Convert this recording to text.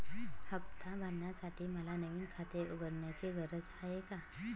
हफ्ता भरण्यासाठी मला नवीन खाते उघडण्याची गरज आहे का?